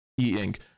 e-ink